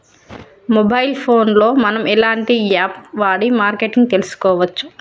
Mobile phone లో మనం ఎలాంటి యాప్ వాడి మార్కెటింగ్ తెలుసుకోవచ్చు?